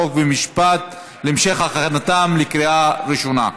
חוק ומשפט להמשך הכנתן לקריאה ראשונה.